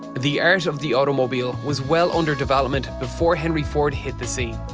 the art of the automobile was well under development before henry ford hit the scene.